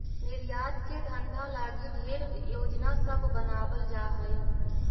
निर्यात के धंधा लागी ढेर योजना सब बनाबल जा हई